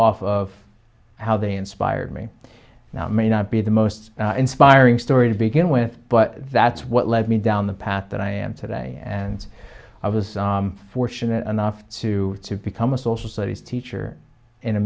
off of how they inspired me now may not be the most inspiring story to begin with but that's what led me down the path that i am today and i was fortunate enough to to become a social studies teacher in a